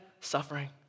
suffering